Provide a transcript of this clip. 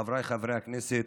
חבריי חברי הכנסת,